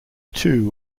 two